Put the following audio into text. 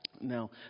Now